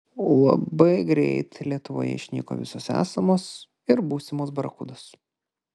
labai greit lietuvoje išnyko visos esamos ir būsimos barakudos